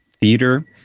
theater